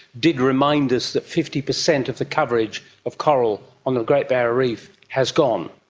did remind us that fifty percent of the coverage of coral on the great barrier reef has gone.